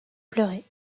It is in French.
pleuraient